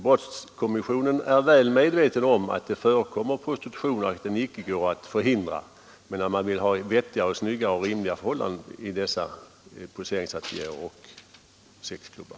Brottskommissionen är väl medveten om att det förekommer prostitution och att den icke går att förhindra, men man vill ha vettiga, snygga och rimliga förhållanden i poseringsateljér och sexklubbar.